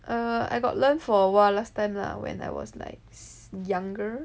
err I got learn for awhile last time lah when I was like younger